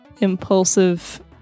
impulsive